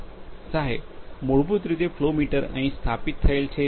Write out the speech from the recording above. સાહેબ મૂળભૂત રીતે ફ્લો મીટર અહીં સ્થાપિત થયેલ છે